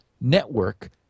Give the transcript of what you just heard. network